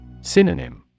Synonym